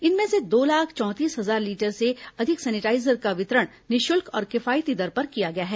इनमें से दो लाख चौंतीस हजार लीटर से अधिक सैनिटाईजर का वितरण निःशुल्क और किफायती दर पर किया गया है